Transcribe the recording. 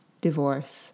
divorce